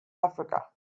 africa